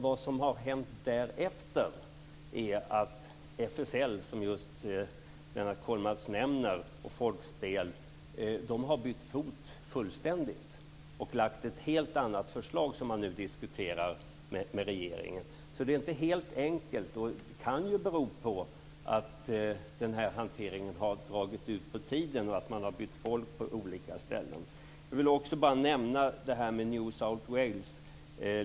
Vad som har hänt därefter är att FSL, som Lennart Kollmats nämner, och Folkspel fullständigt har bytt fot och lagt fram ett helt annat förslag som man nu diskuterar med regeringen. Det är inte helt enkelt. Det kan bero på att hanteringen har dragit ut på tiden och att man har bytt människor på olika ställen. Jag vill också nämna situationen i New South Wales.